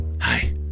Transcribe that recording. Hi